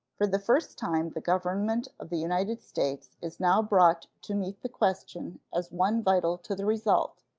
for the first time the government of the united states is now brought to meet the question as one vital to the result,